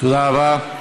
תודה רבה.